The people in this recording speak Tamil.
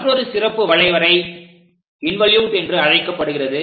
மற்றொரு சிறப்பு வளைவரை இன்வோலுட் என்று அழைக்கப்படுகிறது